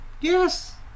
Yes